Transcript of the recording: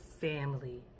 family